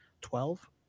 twelve